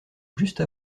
juste